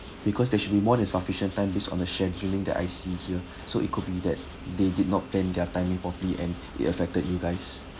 because there should be more than sufficient time based on the scheduling that I see here so it could be that they did not plan their timing properly and it affected you guys